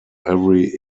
every